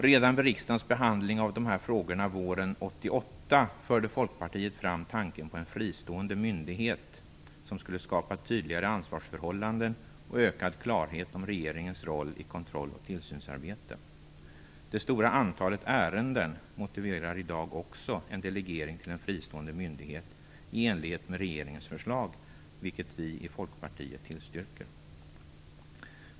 Redan vid riksdagens behandling av dessa frågor våren 1988 förde Folkpartiet fram tanken på en fristående myndighet som skulle skapa tydligare ansvarsförhållanden och ökad klarhet om regeringens roll i kontroll och tillsynsarbete. Det stora antalet ärenden motiverar i dag också en delegering till en fristående myndighet i enlighet med regeringens förslag, vilket vi i Folkpartiet tillstyrker.